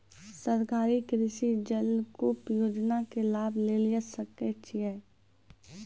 सरकारी कृषि जलकूप योजना के लाभ लेली सकै छिए?